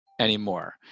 anymore